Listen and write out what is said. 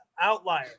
outlier